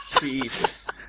Jesus